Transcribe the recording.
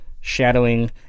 shadowing